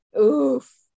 oof